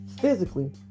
physically